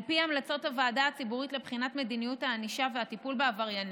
על פי המלצות הוועדה הציבורית לבחינת מדיניות הענישה והטיפול בעבריינים,